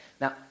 Now